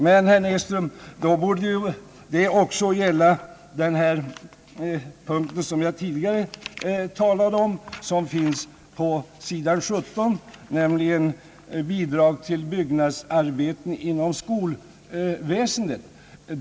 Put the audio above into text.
Men, herr Näsström, då borde det ju också gälla den fråga som jag tidigare talat om och som behandlas på sidan 17, nämligen bidrag till byggnadsarbeten inom skolväsendet.